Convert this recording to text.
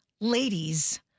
ladies